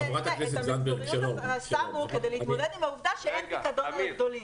את המיחזוריות שמו כדי להתמודד עם העובדה שאין פיקדון על גדולים.